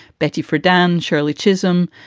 betty friedan, shirley chisholm,